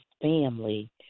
family